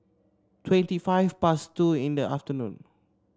twenty five past two in the afternoon